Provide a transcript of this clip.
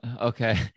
Okay